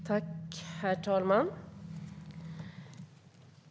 Svar på interpellationer Herr talman!